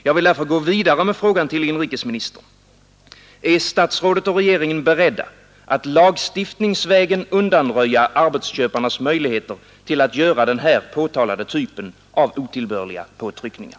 Jag vill därför gå vidare med frågan till inrikesministern: Är statsrådet och regeringen i övrigt beredda att lagstiftningsvägen undanröja arbetsköparnas möjligheter att utöva den här påtalade typen av otillbörliga påtryckningar?